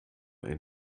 ein